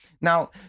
Now